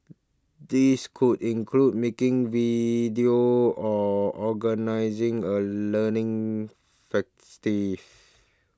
these could include making video or organising a learning festive